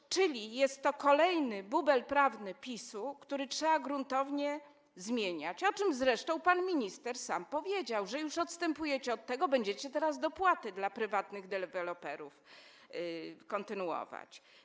A więc jest to kolejny bubel prawny PiS-u, który trzeba gruntownie zmienić, o czym zresztą pan minister sam powiedział, informując, że już odstępujecie od tego, będziecie teraz dopłaty dla prywatnych deweloperów kontynuować.